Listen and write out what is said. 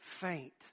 faint